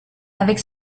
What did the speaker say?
avec